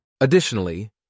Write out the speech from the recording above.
Additionally